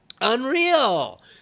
Unreal